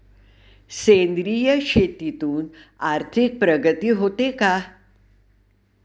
सेंद्रिय शेतीतून आर्थिक प्रगती होते का?